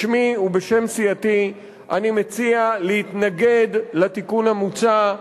בשמי ובשם סיעתי אני מציע להתנגד לתיקון המוצע,